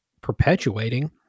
perpetuating